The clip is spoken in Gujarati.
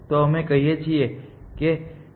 તો અમે કહીએ છીએ કે તે રૂ